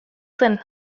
zen